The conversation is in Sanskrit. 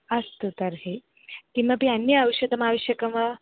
अस्तु तर्हि किमपि अन्ये औषधम् आवश्यकं वा